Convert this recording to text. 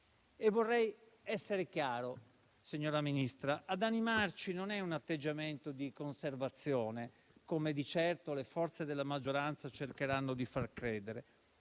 Vorrei essere chiaro, signora Ministra: ad animarci non è un atteggiamento di conservazione, come di certo le forze della maggioranza cercheranno di far credere.